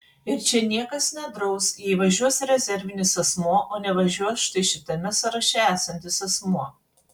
ir čia niekas nedraus jei važiuos rezervinis asmuo o nevažiuos štai šitame sąraše esantis asmuo